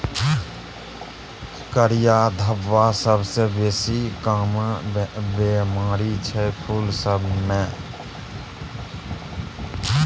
करिया धब्बा सबसँ बेसी काँमन बेमारी छै फुल सब मे